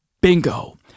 Bingo